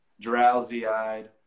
drowsy-eyed